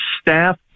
staff